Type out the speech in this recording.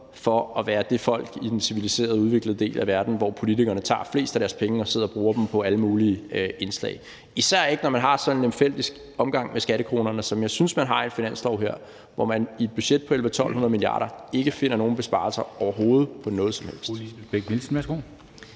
for at være det folk i den civiliserede og udviklede del af verden, som politikerne tager flest penge fra og sidder og bruger dem på alle mulige forslag – især ikke, når man har så lemfældig en omgang med skattekronerne, som jeg synes der er tale om i den finanslov her, hvor man i et budget på 1.100-1.200 mia. kr. ikke finder nogen besparelser overhovedet på noget som helst.